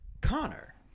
Connor